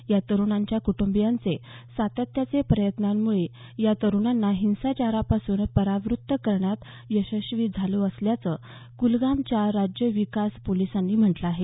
या तरुणांच्या कुटुंबाचे सातत्याच्या प्रयत्नांमुळे या तरुणांना हिंसाचारापासून परावृत्त करण्यात यशस्वी झालो असल्याचं कुलगामच्या राज्य विकास पोलिसांनी म्हटलं आहे